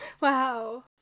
Wow